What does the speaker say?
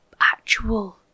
Actual